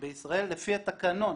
בישראל לפי התקנון